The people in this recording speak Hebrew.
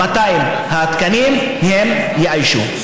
את 200 התקנים הם יאיישו.